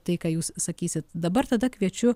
tai ką jūs sakysit dabar tada kviečiu